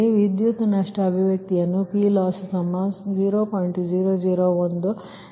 ವಿದ್ಯುತ್ ನಷ್ಟ ಅಭಿವ್ಯಕ್ತಿಯನ್ನುPLoss 0